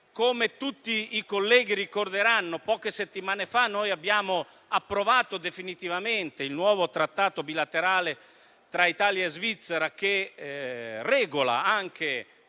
Come tutti i colleghi ricorderanno, poche settimane fa abbiamo approvato definitivamente il nuovo trattato bilaterale tra Italia e Svizzera che regola anche